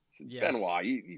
benoit